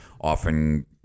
often